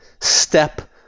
step